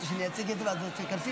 ההצעה להסמכת ועדת הכנסת לבחירת